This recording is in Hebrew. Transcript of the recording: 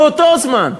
באותו זמן,